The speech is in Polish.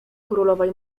królowej